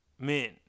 men